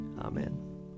Amen